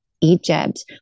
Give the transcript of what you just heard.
Egypt